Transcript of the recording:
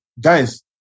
guys